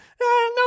no